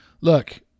Look